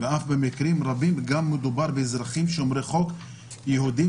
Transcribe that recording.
ואף במקרים רבים גם מדובר באזרחים שומרי חוק יהודים,